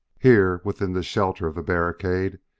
here, within the shelter of the barricade,